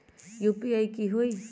UPI की होई?